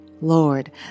Lord